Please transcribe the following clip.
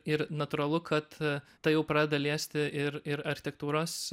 ir natūralu kad tai jau pradeda liesti ir ir architektūros